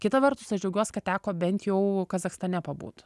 kita vertus aš džiaugiuos kad teko bent jau kazachstane pabūt